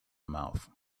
mouth